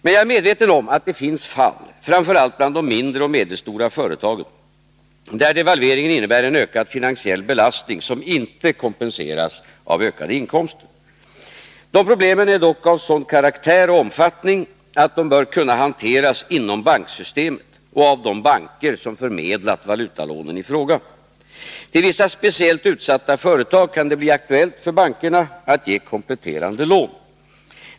Men jag är medveten om att det finns fall, framför allt bland de mindre och medelstora företagen, där devalveringen innebär en ökad finansiell belastning som inte kompenseras av ökade inkomster. Dessa problem är dock av sådan karaktär och omfattning att de bör kunna hanteras inom banksystemet och av de banker som förmedlat valutalånen i fråga. Det kan bli aktuellt för bankerna att till vissa speciellt utsatta företag ge kompletterande lån.